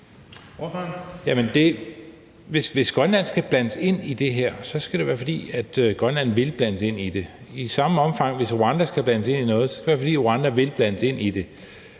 Hvis Grønland skal blandes ind i det her, skal det være, fordi Grønland vil blandes ind i det. Og på samme måde: Hvis Rwanda skal blandes ind i noget, skal det være, fordi Rwanda vil blandes ind i det.